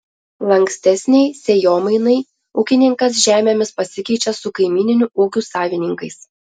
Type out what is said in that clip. lankstesnei sėjomainai ūkininkas žemėmis pasikeičia su kaimyninių ūkių savininkais